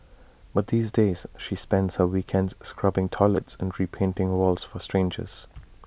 but these days she spends her weekends scrubbing toilets and repainting walls for strangers